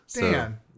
Dan